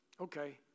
Okay